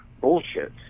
bullshit